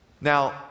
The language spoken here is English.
Now